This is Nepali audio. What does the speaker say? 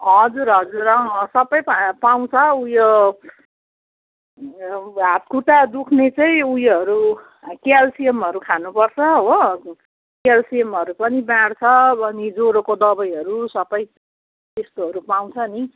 हजुर हजुर अँ अँ सबै पा पाउँछ ऊ यो हात खुट्टा दुख्ने चाहिँ उयोहरू क्याल्सियमहरू खानुपर्छ हो क्याल्सियमहरू पनि बाँड्छ अब अनि जोरोको दबाईहरू सबै त्यस्तोहरू पाउँछ नि